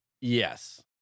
Yes